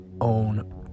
own